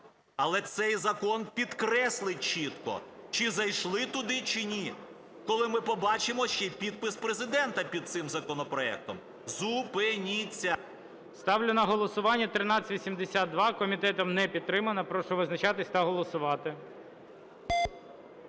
Але цей закон підкреслить чітко, чи зайшли туди, чи ні, коли ми побачимо ще й підпис Президента під цим законопроектом. Зупиніться! ГОЛОВУЮЧИЙ. Ставлю на голосування 1382. Комітетом не підтримана. Прошу визначатися та голосувати.